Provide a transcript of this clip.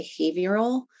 behavioral